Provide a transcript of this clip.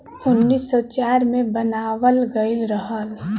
उन्नीस सौ चार मे बनावल गइल रहल